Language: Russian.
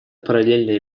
параллельное